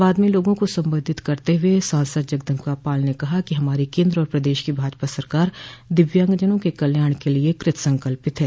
बाद में लोगों को संबोधित करते हुए सांसद जगदम्बिका पाल ने कहा कि हमारी केन्द्र और प्रदेश की भाजपा सरकार दिव्यांजनों के कल्याण के लिये कृत संकल्पित है